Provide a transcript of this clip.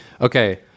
Okay